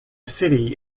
city